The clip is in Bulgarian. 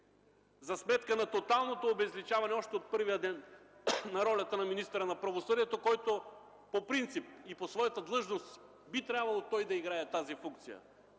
за сметка на тоталното обезличаване още от първия ден на ролята на министъра на правосъдието, който по принцип и по своята длъжност би трябвало да играе тази функция